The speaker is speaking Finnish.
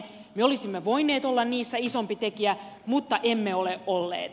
me olisimme voineet olla niissä isompi tekijä mutta emme ole olleet